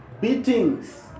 beatings